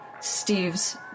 Steve's